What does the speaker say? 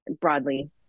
broadly